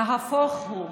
נהפוך הוא,